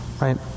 right